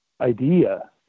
idea